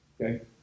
Okay